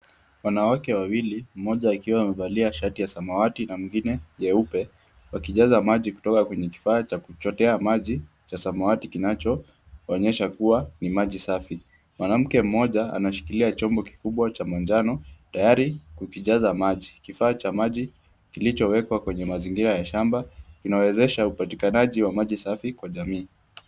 Wanawake wawili mmoja akiwa amevalia shati ya samawati na mwengine nyeupe, wakijaza maji kutoka kwenye kifaa cha kuchotea maji cha samawati kinachoonyesha kuwa ni maji safi. Mwanamke mmoja anashikilia chombo kikubwa cha manjano tayari kukijaza maji. Kifaa cha maji kilichowekwa kwenye mazingira ya shamba inawezesha upatikanaji wa maji safi kwa jamii.